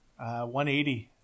180